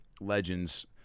legends